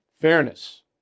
fairness